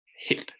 hip